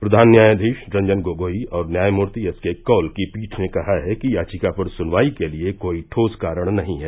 प्रधान न्यायाधीश रंजन गोगोई और न्यायमूर्ति एस के कौल की पीठ ने कहा है कि याचिका पर सुनवाई के लिए कोई ठोस कारण नहीं है